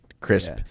crisp